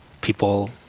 people